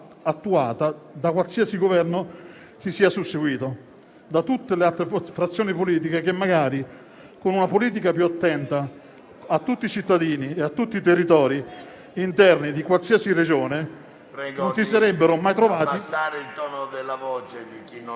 seguito da qualsiasi Governo si sia susseguito e da tutte le altre formazioni politiche che, magari, con una politica più attenta a tutti i cittadini e a tutti i territori interni di qualsiasi Regione, non si sarebbero mai trovati a discutere di queste